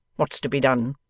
what's to be done